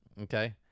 Okay